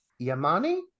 Yamani